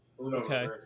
Okay